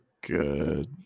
good